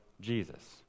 Jesus